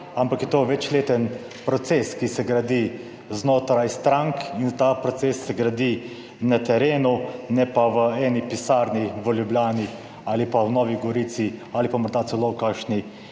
ampak je to večletni proces, ki se gradi znotraj strank in ta proces se gradi na terenu, ne pa v eni pisarni v Ljubljani ali pa v Novi Gorici ali pa morda celo v kakšni